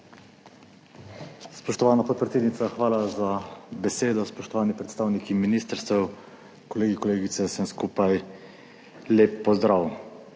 Spoštovana podpredsednica, hvala za besedo. Spoštovani predstavniki ministrstev, kolegi, kolegice, vsem skupaj lep pozdrav!